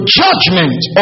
judgment